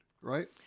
right